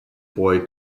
boy